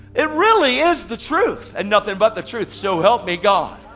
it really is the truth, and nothing but the truth so help me god.